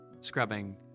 scrubbing